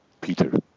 Peter